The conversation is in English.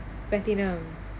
கட்டிடம்:kattidam